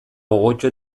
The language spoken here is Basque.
gogotsu